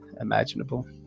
imaginable